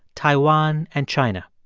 taiwan and china.